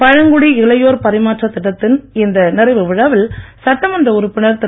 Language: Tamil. பழங்குடி இளையோர் பரிமாற்றத் திட்டத்தின் இந்த நிறைவு விழாவில் சட்டமன்ற உறுப்பினர் திரு